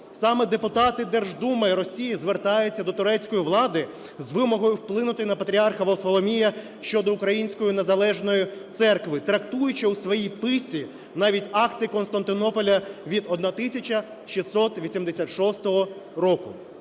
Саме депутати Держдуми Росії звертаються до турецької влади з вимогою вплинути на Патріарха Варфоломія щодо української незалежної церкви, трактуючи у своїй писі навіть акти Константинополя від 1686 року.